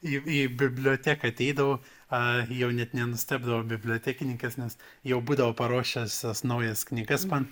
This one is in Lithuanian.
į į biblioteką ateidavau a jau net nenustebdavo bibliotekininkės nes jau būdavo paruošusios naujas knygas man